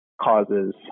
causes